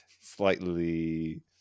slightly